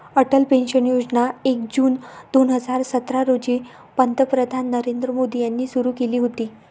Atal pension Yojana एक जून दोन हजार सतरा रोजी पंतप्रधान नरेंद्र मोदी यांनी सुरू केली होती